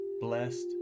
blessed